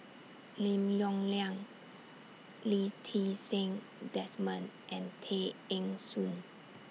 Lim Yong Liang Lee Ti Seng Desmond and Tay Eng Soon